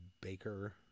Baker